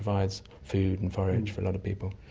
provides food and forage for a lot of people.